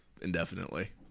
indefinitely